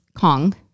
Kong